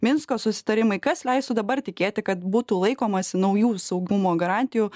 minsko susitarimai kas leistų dabar tikėti kad būtų laikomasi naujų saugumo garantijų